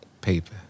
Paper